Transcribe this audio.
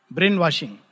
Brainwashing